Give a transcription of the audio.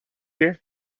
here